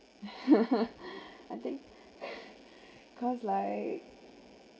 I think cause like